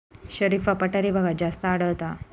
शरीफा पठारी भागात जास्त आढळता